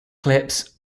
clips